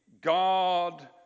God